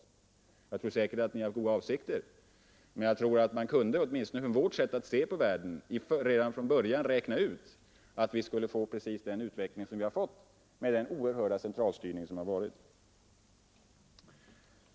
Jag är säker på att ni har goda avsikter, men jag tror att man åtminstone enligt vårt sätt att se på världen redan från början kunde räkna ut att vi skulle få precis den utveckling som vi har fått, med den oerhörda centralstyrning som har tillämpats.